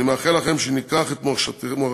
אני מאחל לנו שניקח את מורשתכם,